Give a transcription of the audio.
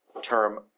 term